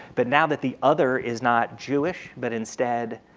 but now that the other is not jewish but instead